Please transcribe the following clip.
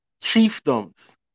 chiefdoms